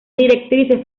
directrices